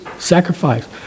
sacrifice